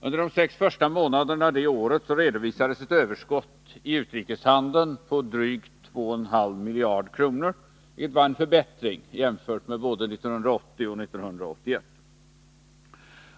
Under det årets séx första månader redovisades ett överskott i utrikeshandeln, drygt 2,5 miljarder kronor, vilket var en förbättring jämfört med både 1980 och 1981.